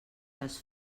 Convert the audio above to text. les